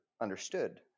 understood